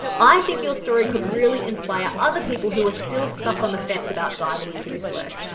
i think your story could really inspire other people who are still stuck on the fence about diving into this work.